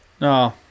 No